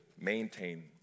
maintain